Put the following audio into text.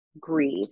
grieve